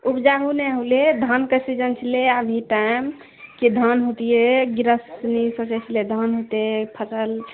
उपजाओ नहि भेलै धान कऽ सीजन छलै अभी तैं कि धान हैतियै गृहस्थ सोचै छलै धान हेतै फसल